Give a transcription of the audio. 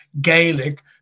Gaelic